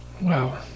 Wow